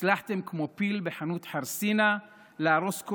הצלחתם כמו פיל בחנות חרסינה להרוס כל